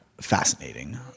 fascinating